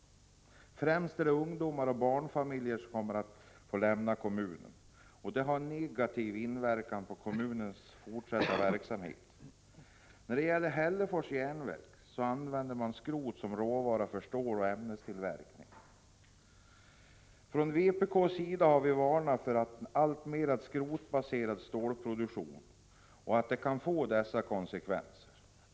Främst är det ungdomar och barnfamiljer som fått lämna kommunen. Det har negativ inverkan på kommunens fortsatta verksamhet. Hällefors Järnverk använder skrot som råvara för ståloch ämnestillverkning. Från vpk:s sida har vi varnat för den alltmer skrotbaserade stålproduktionen och sagt att den kan få dessa konsekvenser.